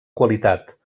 qualitat